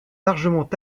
largement